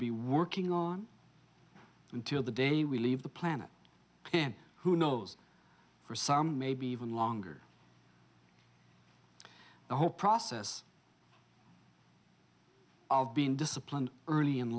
be working on until the day we leave the planet and who knows for some maybe even longer the whole process of being disciplined early in